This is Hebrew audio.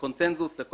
קסדת מגן